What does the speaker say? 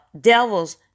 devils